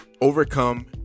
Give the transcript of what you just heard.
overcome